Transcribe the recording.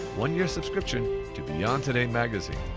one year subscription to beyond today magazine.